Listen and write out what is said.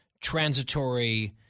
transitory